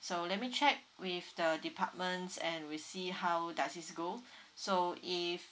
so let me check with the departments and we'll see how does this go so if